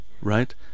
Right